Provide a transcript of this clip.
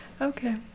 Okay